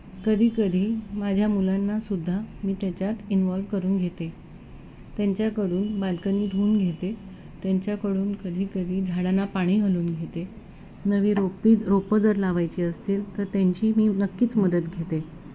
कधीकधी माझ्या मुलांनासुद्धा मी त्याच्यात इन्वॉल्व्ह करून घेते त्यांच्याकडून बाल्कनी धुवून घेते त्यांच्याकडून कधीकधी झाडांना पाणी घालून घेते नवी रोपे रोपं जर लावायची असतील तर त्यांची मी नक्कीच मदत घेते